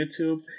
YouTube